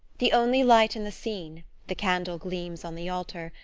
the only light in the scene the candle-gleams on the altar,